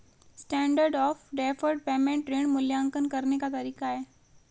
standard of deferred payment ऋण मूल्यांकन करने का तरीका है